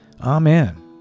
Amen